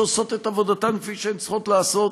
שעושות את עבודתן כפי שהן צריכות לעשות.